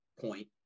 point